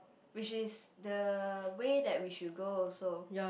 which is the way that we should go also